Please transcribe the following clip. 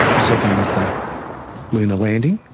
the second is the lunar landing,